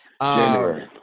January